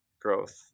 growth